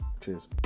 Cheers